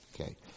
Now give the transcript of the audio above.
Okay